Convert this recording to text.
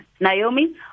Naomi